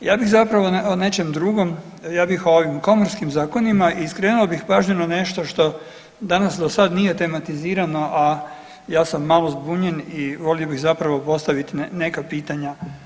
Ja bih zapravo o nečem drugom, ja bih o ovim komorskim zakonima i skrenuo bih pažnju na nešto što danas do sad nije tematizirano, a ja sam malo zbunjen i volio bih zapravo postaviti neka pitanja.